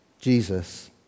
Jesus